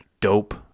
Dope